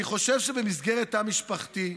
אני חושב שבמסגרת תא משפחתי,